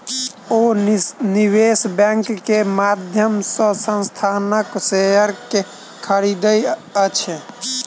ओ निवेश बैंक के माध्यम से संस्थानक शेयर के खरीदै छथि